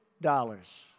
dollars